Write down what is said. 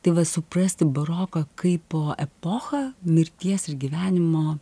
tai va suprasti baroką kaip o epochą mirties ir gyvenimo